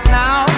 now